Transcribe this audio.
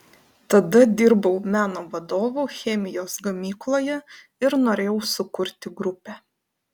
tada dirbau meno vadovu chemijos gamykloje ir norėjau sukurti grupę